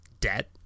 debt